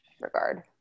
regard